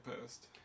post